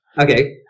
Okay